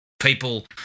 people